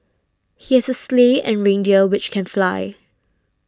he has a sleigh and reindeer which can fly